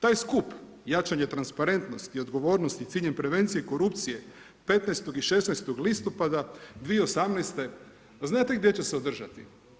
Taj skup Jačanje transparentnosti i odgovornosti s ciljem prevencije korupcije 15. i 16. listopada 2018., znate gdje će se održati?